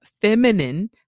feminine